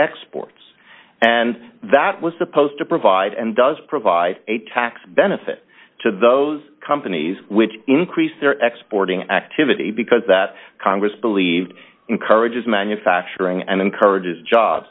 exports and that was supposed to provide and does provide a tax benefit to those companies which increase their export ng activity because that congress believes encourages manufacturing and encourages job